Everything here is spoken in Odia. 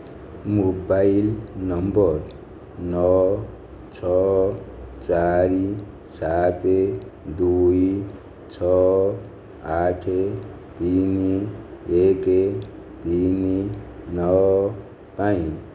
ମୋବାଇଲ ନମ୍ବର ନଅ ଛଅ ଚାରି ସାତ ଦୁଇ ଛଅ ଆଠ ତିନି ଏକ ତିନି ନଅ ପାଇଁ